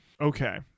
Okay